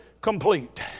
complete